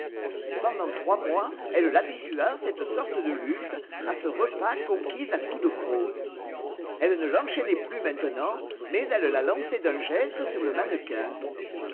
pendant trois mois elle l'habitua à cette sorte de lutte à ce repas conquis à coups de crocs elle ne l'enchaînait plus maintenant mais elle la lançait d'un geste sur le mannequin